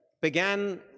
began